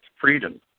freedom